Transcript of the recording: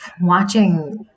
watching